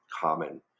common